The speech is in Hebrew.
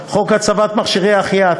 74. חוק הצבת מכשירי החייאה,